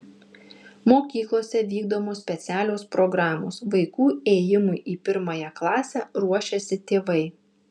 mokyklose vykdomos specialios programos vaikų ėjimui į pirmąją klasę ruošiasi tėvai